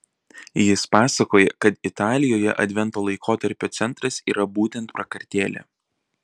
jis pasakoja kad italijoje advento laikotarpio centras yra būtent prakartėlė